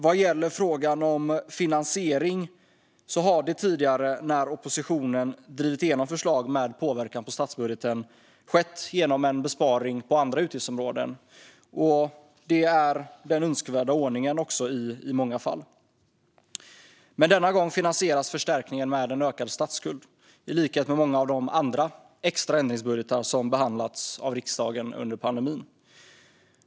Vad gäller frågan om finansiering har det tidigare, när oppositionen drivit igenom förslag med påverkan på statsbudgeten, skett genom en besparing på andra utgiftsområden. Det är också i många fall den önskvärda ordningen. Men denna gång finansieras förstärkningen med en ökad statsskuld, i likhet med många av de andra extra ändringsbudgetar som har behandlats av riksdagen under pandemin.